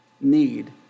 need